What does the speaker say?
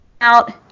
out